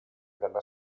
della